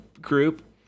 group